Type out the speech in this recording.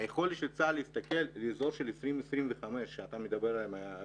היכולת של צה"ל להסתכל ל-2025 או 2024,